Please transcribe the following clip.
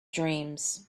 dreams